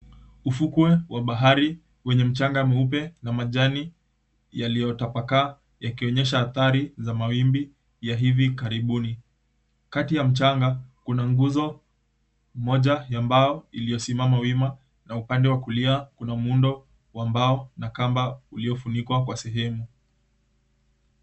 Ufukwe wa bahari wenye mchanga mweupe na majani yaliyotapakaa, yakionyesha athari za mawimbi ya hivi karibuni. Kati ya mchanga kuna nguzo moja ya mbao iliyosimama wima, na upande wa kulia kuna muundo wa mbao na kamba uliofunikwa kwa sehemu.